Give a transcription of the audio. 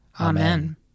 Amen